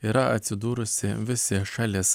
yra atsidūrusi visi šalis